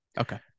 Okay